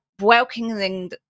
welcoming